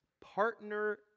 partner